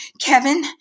Kevin